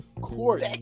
court